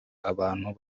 abantu